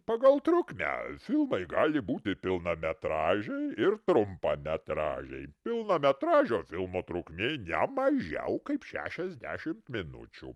pagal trukmę filmai gali būti pilnametražiai ir trumpametražiai pilnametražio filmo trukmė ne mažiau kaip šešiasdešim minučių